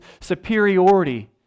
superiority